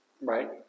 Right